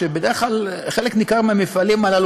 שבדרך כלל חלק ניכר מהמפעלים הללו